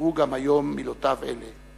נותרו גם היום מילותיו אלה: